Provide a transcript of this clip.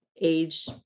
age